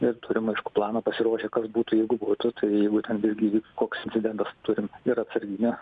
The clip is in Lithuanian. ir turim aiškų planą pasiruošę kas būtų jeigu būtų tai jeigu ten vėlgi įvyktų koks incidentas turim ir atsarginių